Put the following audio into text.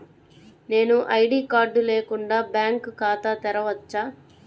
నేను ID card లేకుండా bank ఖాతా తెరవచ్చా?